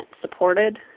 supported